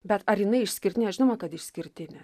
bet ar jinai išskirtinė žinoma kad išskirtinė